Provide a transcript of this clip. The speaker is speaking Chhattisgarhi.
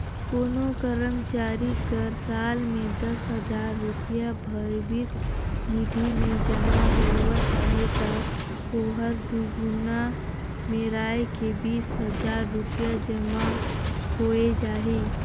कोनो करमचारी कर साल में दस हजार रूपिया भविस निधि में जमा होवत अहे ता ओहर दुगुना मेराए के बीस हजार रूपिया जमा होए जाही